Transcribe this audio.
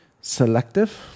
selective